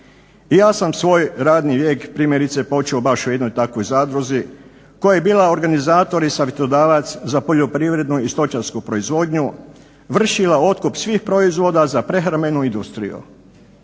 I ja sam svoj radni vijek primjerice počeo baš u jednoj takvoj zadruzi koja je bila organizator i savjetodavac za poljoprivrednu i stočarsku proizvodnju, vršila otkup svih proizvoda za prehrambenu industriju